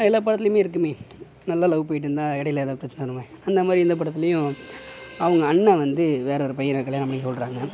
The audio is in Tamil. எல்லா படத்துலேயுமே இருக்குமே நல்ல லவ் போய்ட்டு இருந்தால் இடைல ஏதா பிரச்சனை வருமே அந்தமாதிரி இந்த படத்துலேயும் அவங்க அண்ணன் வந்து வேற ஒரு பையனை கல்யாணம் பண்ணிக்க சொல்கிறாங்க